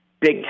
big